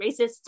racists